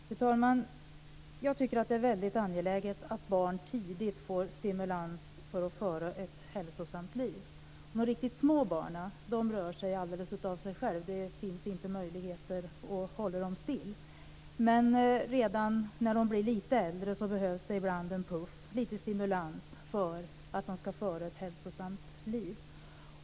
Fru talman! Jag tycker att det är väldigt angeläget att barn tidigt får stimulans att föra ett hälsosamt liv. De riktigt små barnen rör sig av sig själva. Det finns inga möjligheter att hålla dem stilla. Men redan när barnen blir lite äldre behövs det ibland en puff, en stimulans för att de ska föra ett hälsosamt liv.